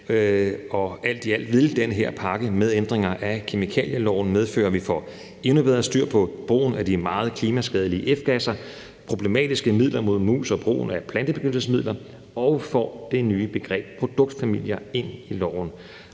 alt i alt vil den her pakke med ændringer af kemikalieloven medføre, at vi får endnu bedre styr på brugen af de meget klimaskadelige F-gasser, problematiske midler mod mus og brugen af plantebeskyttelsemidler, og at vi får det nye begreb produktfamilier ind i loven.